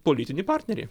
politinį partnerį